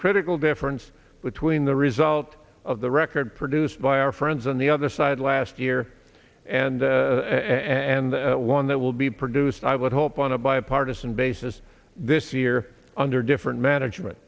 critical difference between the result of the record produced by our friends on the other side last year and and one that will be produced i would hope on a bipartisan basis this year under different management